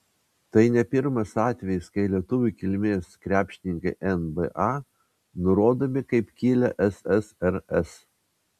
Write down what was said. tai ne pirmas atvejis kai lietuvių kilmės krepšininkai nba nurodomi kaip kilę ssrs